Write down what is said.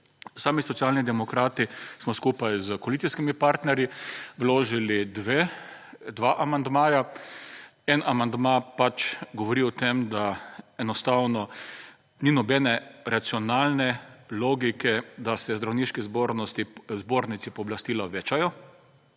Sami Socialni demokrati smo skupaj s koalicijskimi partnerji vložili dva amandmaja. En amandma pač govori o tem, da enostavno ni nobene racionalne logike, da se zdravniški zbornici pooblastila večajo.